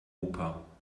oper